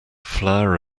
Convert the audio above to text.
flower